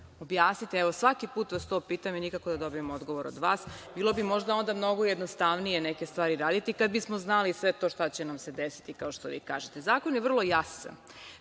objasnite nam. Svaki put vas to pitam i nikako da dobijem odgovor od vas, bilo bi možda onda mnogo jednostavnije neke stvari raditi, kada bismo znali sve to šta će nam se desiti, kako vi kažete. Zakon je vrlo jasan.